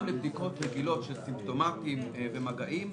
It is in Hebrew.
גם לבדיקות רגילות של סימפטומטיים ומגעים,